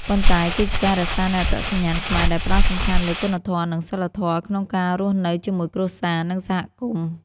ប៉ុន្តែគឺជាការរក្សានូវអត្តសញ្ញាណខ្មែរ ដែលផ្ដោតសំខាន់លើ គុណធម៌ និង សីលធម៌ ក្នុងការរស់នៅជាមួយគ្រួសារ និងសហគមន៍។